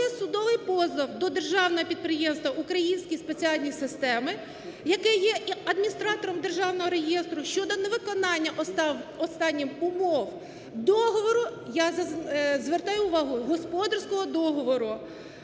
судовий позов до державного підприємства "Українські спеціальні системи", яке є адміністратором державного реєстру щодо невиконання останніх умов договору, я звертаю увагу, господарського договору